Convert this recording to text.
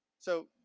so,